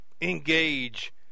engage